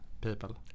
people